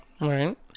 Right